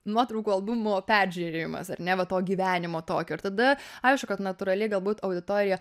nuotraukų albumo peržiūrėjimas ar ne va to gyvenimo tokio ir tada aišku kad natūraliai galbūt auditorija